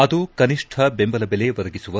ಅದು ಕನಿಷ್ಣ ಬೆಂಬಲ ಬೆಲೆ ಒದಗಿಸುವ